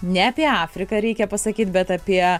ne apie afriką reikia pasakyt bet apie